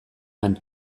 han